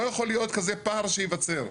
לא יכול להיות כזה פער שייווצר,